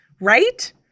right